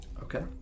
Okay